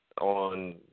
on